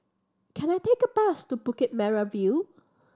can I take a bus to Bukit Merah View